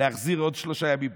להחזיר עוד שלושה ימים,